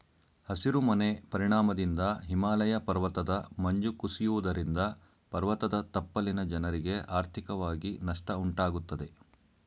ಹಸಿರು ಮನೆ ಪರಿಣಾಮದಿಂದ ಹಿಮಾಲಯ ಪರ್ವತದ ಮಂಜು ಕುಸಿಯುವುದರಿಂದ ಪರ್ವತದ ತಪ್ಪಲಿನ ಜನರಿಗೆ ಆರ್ಥಿಕವಾಗಿ ನಷ್ಟ ಉಂಟಾಗುತ್ತದೆ